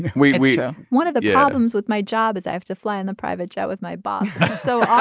we're we're one of the problems with my job as i have to fly in the private jet with my boss. so